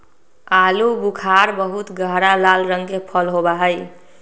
आलू बुखारा बहुत गहरा लाल रंग के फल होबा हई